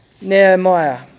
Nehemiah